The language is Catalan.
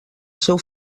seu